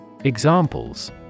Examples